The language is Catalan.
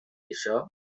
això